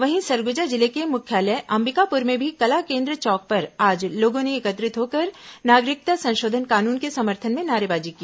वहीं सरगुजा जिले के मुख्यालय अंबिकापुर में भी कला केन्द्र चौक पर आज लोगों ने एकत्रित होकर नागरिकता संशोधन कानून के समर्थन में नारेबाजी की